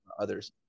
others